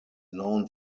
known